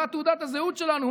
מה תעודת הזהות שלנו,